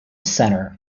center